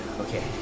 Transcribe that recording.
Okay